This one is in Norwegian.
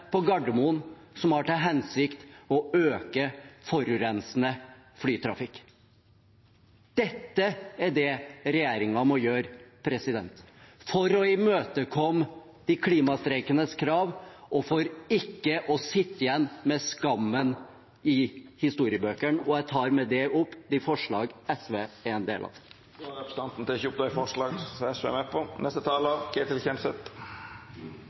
på Gardermoen som har til hensikt å øke forurensende flytrafikk. Det er dette regjeringen må gjøre for å imøtekomme de klimastreikendes krav og for ikke å sitte igjen med skammen i historiebøkene. Med det tar jeg opp forslagene nr. 3–9, 10, 14 og 18–26. Representanten Lars Haltbrekken har teke opp dei forslaga han refererte til.